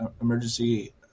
Emergency